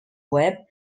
web